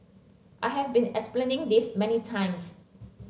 I have been explaining this many times